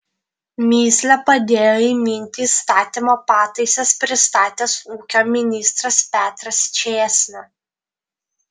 mįslę padėjo įminti įstatymo pataisas pristatęs ūkio ministras petras čėsna